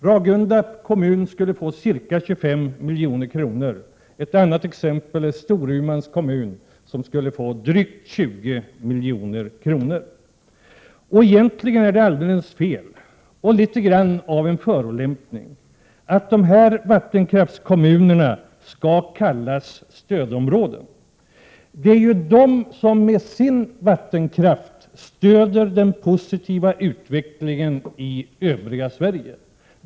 Ragunda kommun skulle få ca 25 milj.kr. Storumans kommun skulle få drygt 20 milj.kr. Egentligen är det alldeles fel, och något av en förolämpning, att dessa vattenkraftskommuner kallas stödområden. Det är ju de som med sin vattenkraft stöder den positiva utvecklingen i övriga Sverige.